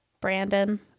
Brandon